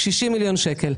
60 מיליון שקל.